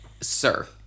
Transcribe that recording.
sir